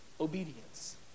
obedience